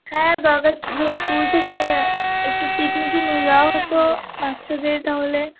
হ্যাঁ দরকার ছিল স্কুল থেকে একটু পিকনিকে নিয়ে যাওয়া হতো বাচ্চাদের তাহলে